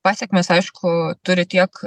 pasekmes aišku turi tiek